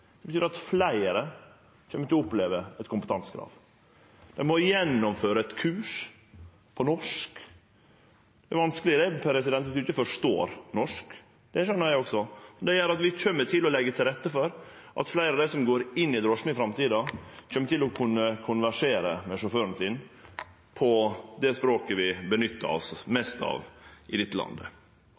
Det betyr at fleire kjem til å oppleve eit kompetansekrav. Dei må gjennomføre eit kurs på norsk – det er vanskeleg om ein ikkje forstår norsk, det skjønar eg også. Det gjer at vi legg til rette for at fleire av dei som går inn i ein drosje i framtida, kan konversere med sjåføren sin på det språket vi nyttar oss mest av i dette landet.